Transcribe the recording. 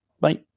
bye